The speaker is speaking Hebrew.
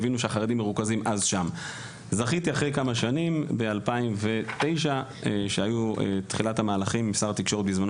זכיתי עם השנים ב- 2009 שהיו תחילת המהלכים עם שר התקשורת דאז,